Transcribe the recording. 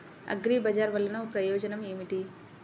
అగ్రిబజార్ వల్లన ప్రయోజనం ఏమిటీ?